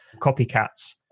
copycats